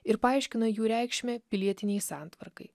ir paaiškina jų reikšmę pilietinei santvarkai